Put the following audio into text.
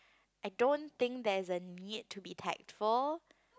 I don't think there's a need to be tactful